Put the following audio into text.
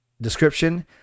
description